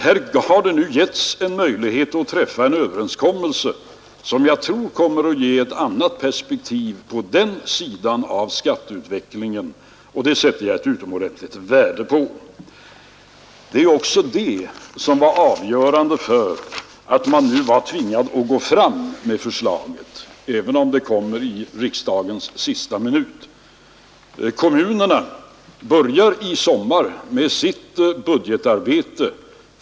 Här har det nu givits en möjlighet att träffa en överenskommelse, som jag tror kommer att ge ett annat perspektiv på den sidan av skatteutvecklingen, och det sätter jag utomordentligt stort värde på. Det var också detta som var det avgörande och som gjorde att vi kände oss tvingade att gå fram med förslaget nu, även om det kommer i riksdagens sista minut. Kommunerna börjar i sommar med sitt budgetarbete.